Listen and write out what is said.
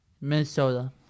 Minnesota